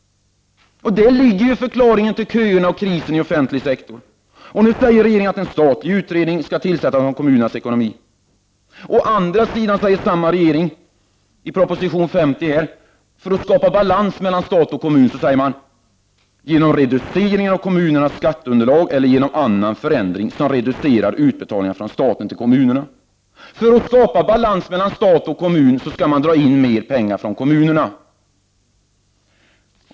Där ligger förklaringen till köerna och krisen i offentlig sektor. Nu säger regeringen att en statlig utredning om kommunernas ekonomi skall tillsättas. Å andra sidan säger samma regering i proposition 50: ”-—- genom reducering av kommunernas skatteunderlag eller genom annan förändring som reducerar utbetalningarna från staten till kommunerna.” För att skapa balans mellan stat och kommun skall man dra in mera pengar från kommunerna.